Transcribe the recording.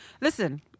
listen